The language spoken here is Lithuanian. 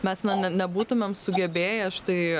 mes ne nebūtumėm sugebėję štai